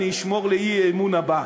אני אשמור לאי-אמון הבא.